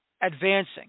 advancing